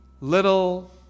little